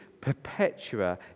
perpetua